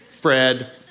Fred